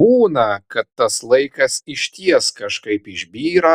būna kad tas laikas išties kažkaip išbyra